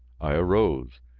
i arose.